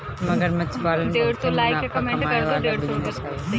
मगरमच्छ पालन बहुते मुनाफा कमाए वाला बिजनेस हवे